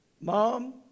Mom